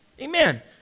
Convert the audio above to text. Amen